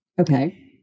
Okay